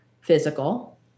Physical